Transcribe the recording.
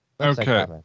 Okay